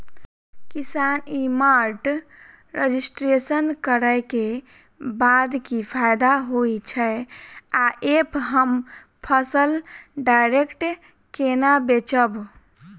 किसान e mart registration करै केँ बाद की फायदा होइ छै आ ऐप हम फसल डायरेक्ट केना बेचब?